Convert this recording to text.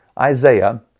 Isaiah